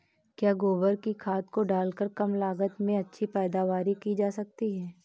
क्या गोबर की खाद को डालकर कम लागत में अच्छी पैदावारी की जा सकती है?